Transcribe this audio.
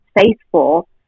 faithful